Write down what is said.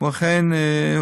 כמו כן,